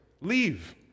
leave